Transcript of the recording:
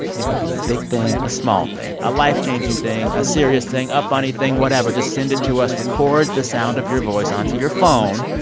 it could be a big thing, a small thing, a life-changing thing, a serious thing, a funny thing whatever. just send it to us. record the sound of your voice onto your phone,